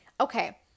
Okay